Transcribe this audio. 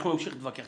אנחנו נמשיך להתווכח.